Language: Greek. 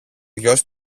γιος